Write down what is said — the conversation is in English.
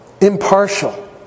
impartial